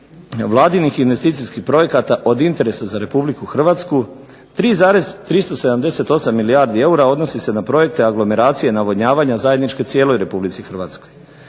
vladinih investicijskih projekata od interesa za Republiku Hrvatsku 3,378 milijardi eura odnosi se na projekte anglomeracije, navodnjavanja zajedničke cijeloj Republici Hrvatskoj.